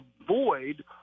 avoid